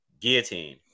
guillotine